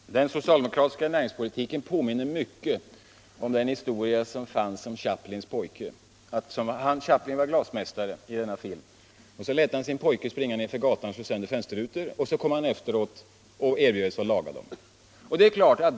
Herr talman! Den socialdemokratiska näringspolitiken påminner myck et om vad som händer i en av Chaplins filmer, där Chaplin är glasmästare. Han låter sin pojke springa nedför gatan och slå sönder fönsterrutor och sedan kommer han efter och erbjuder sig att laga dem.